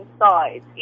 inside